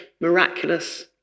miraculous